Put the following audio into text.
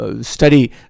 study